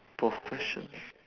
professional